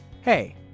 Hey